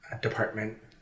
Department